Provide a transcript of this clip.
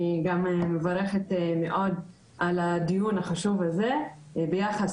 אני גם מברכת מאד על הדיון החשוב הזה ביחס